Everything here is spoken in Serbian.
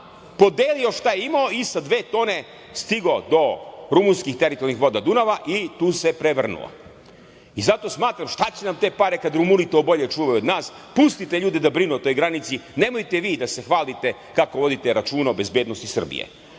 podelio šta je imao i sa dve tone stigao do rumunskih teritorijalnih voda Dunava i tu se prevrnuo.I, zato smatram šta će nam te pare kada Rumuni to bolje čuvaju od nas, pustite ljude da brinu o toj granici nemojte vi da se hvalite kako vodite računa o bezbednosti Srbije.A,